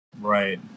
Right